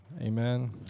amen